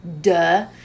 duh